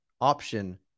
option